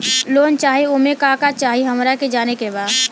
Loan चाही उमे का का चाही हमरा के जाने के बा?